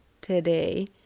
today